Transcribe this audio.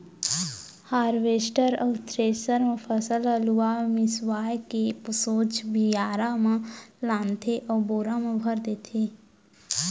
harvester अउ thresher म फसल ल लुवा मिसवा के सोझ बियारा म लानथे अउ बोरा म भर देथे